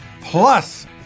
Plus